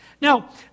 Now